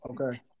Okay